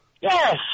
Yes